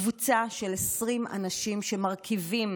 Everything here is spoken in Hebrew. קבוצה של 20 אנשים שמרכיבים